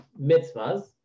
Mitzvahs